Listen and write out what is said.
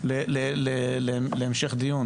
להמשך הדיון,